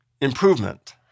improvement